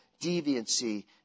deviancy